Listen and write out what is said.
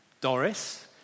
Doris